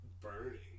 burning